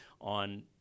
on